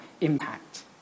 impact